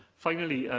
finally,